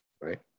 right